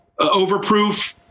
overproof